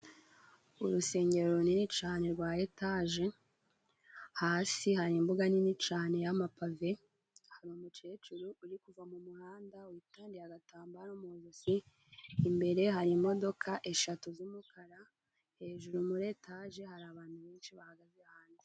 Urusengero runini cane rwa etaje, hasi hari imbuga nini cane yamapave, hari umucecuru uri kuva mu muhanda witandiye agatambaro mu ijosi, imbere hari imodoka eshatu z'umukara, hejuru muri etaje hari abantu benshi bahagaze hanze.